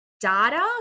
data